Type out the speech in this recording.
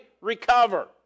recover